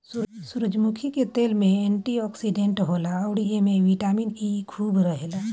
सूरजमुखी के तेल एंटी ओक्सिडेंट होला अउरी एमे बिटामिन इ खूब रहेला